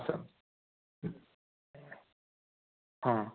sir हां